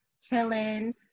chilling